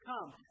come